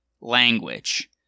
language